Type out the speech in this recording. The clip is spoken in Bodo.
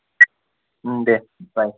औ दे बाय